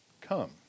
come